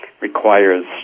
requires